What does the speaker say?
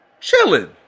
Chilling